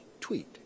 tweet